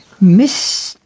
Miss